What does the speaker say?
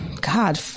God